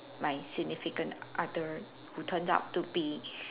my significant other who turned out to be